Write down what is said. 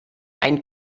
ein